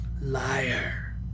Liar